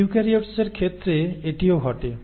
ইউক্যারিওটসের ক্ষেত্রে এটিও ঘটে